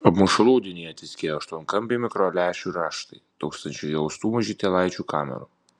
apmušalų audinyje tviskėjo aštuonkampiai mikrolęšių raštai tūkstančiai įaustų mažytėlaičių kamerų